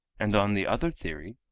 and on the other theory,